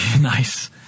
Nice